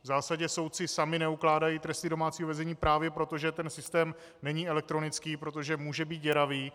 V zásadě soudci sami neukládají tresty domácího vězení právě proto, že systém není elektronický, protože může být děravý.